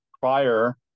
prior